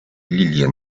lilie